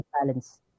balance